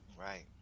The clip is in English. Right